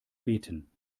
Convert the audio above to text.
beten